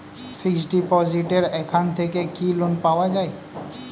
Fix ডিপোজিটের এখান থেকে কি লোন পাওয়া যায়?